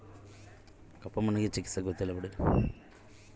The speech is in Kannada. ಕಪ್ಪು ಮಣ್ಣಿಗೆ ಯಾವ ರೇತಿಯ ಚಿಕಿತ್ಸೆ ನೇಡಬೇಕು?